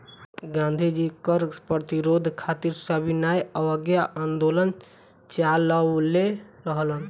गांधी जी कर प्रतिरोध खातिर सविनय अवज्ञा आन्दोलन चालवले रहलन